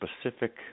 specific